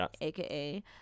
aka